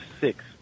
six